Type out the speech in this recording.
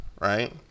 right